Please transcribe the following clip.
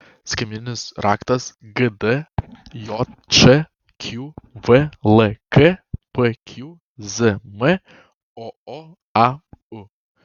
skaitmeninis raktas gdjč qvlk pqzm ooau